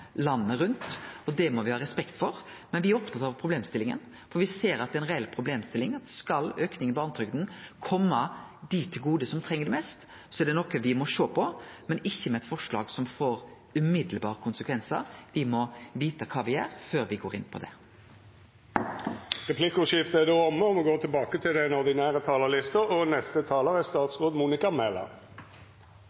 landet rundt. Det må me ha respekt for. Men me er opptatte av problemstillinga, for me ser at det er ei reell problemstilling. Skal aukinga i barnetrygda kome dei til gode som treng det mest, er det noko me må sjå på – men ikkje med eit forslag som får direkte konsekvensar. Me må vite kva me gjer, før me går inn for det. Replikkordskiftet er omme. Kommunene er grunnmuren i velferdssamfunnet og sørger for viktige velferdstjenester til